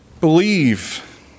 Believe